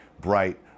bright